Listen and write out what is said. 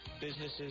businesses